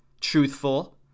Truthful